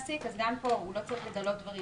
גם כאן הוא לא צריך לגלות דברים